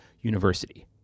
University